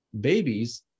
babies